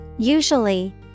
Usually